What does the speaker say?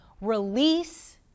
release